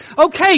Okay